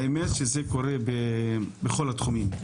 האמת, שזה קורה בכל התחומים.